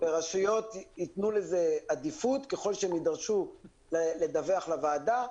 ורשויות יתנו לזה עדיפות ככל שהן יידרשו לדווח לוועדה.